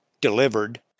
Delivered